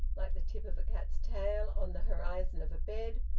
like the tip of a cat's tail on the horizon of a bed,